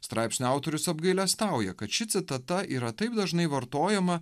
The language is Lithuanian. straipsnio autorius apgailestauja kad ši citata yra taip dažnai vartojama